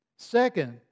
Second